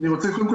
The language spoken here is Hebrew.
קודם כול,